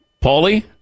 Paulie